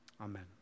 amen